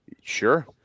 Sure